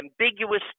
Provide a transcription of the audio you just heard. ambiguous